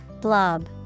blob